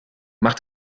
mach